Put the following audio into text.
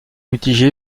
mitigé